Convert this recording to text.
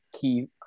key